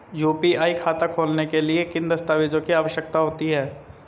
UPI खाता खोलने के लिए किन दस्तावेज़ों की आवश्यकता होती है?